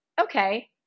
okay